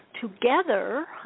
together